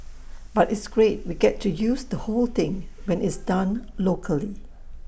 but it's great we get to use the whole thing when it's done locally